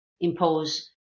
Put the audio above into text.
impose